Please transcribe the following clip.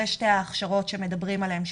אלה שתי ההכשרות שמדברים עליהן,